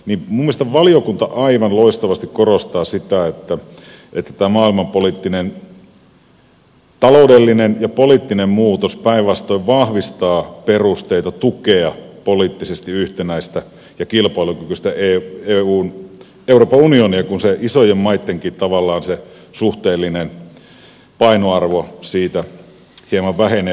minun mielestäni valiokunta aivan loistavasti korostaa sitä että tämä maailmanpoliittinen taloudellinen ja poliittinen muutos päinvastoin vahvistaa perusteita tukea poliittisesti yhtenäistä ja kilpailukykyistä euroopan unionia kun tavallaan se isojen maittenkin suhteellinen painoarvo siitä hieman vähenee